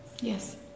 Yes